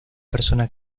persona